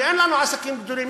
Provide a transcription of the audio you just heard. כי אין לנו עסקים גדולים,